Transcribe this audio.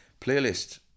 playlist